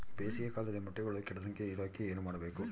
ಬೇಸಿಗೆ ಕಾಲದಲ್ಲಿ ಮೊಟ್ಟೆಗಳು ಕೆಡದಂಗೆ ಇರೋಕೆ ಏನು ಮಾಡಬೇಕು?